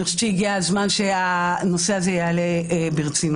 אני חושבת שהגיע הזמן שהנושא הזה יעלה ברצינות.